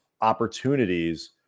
opportunities